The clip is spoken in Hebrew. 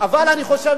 אבל אני חושב,